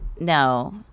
No